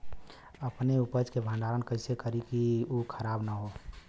अपने उपज क भंडारन कइसे करीं कि उ खराब न हो?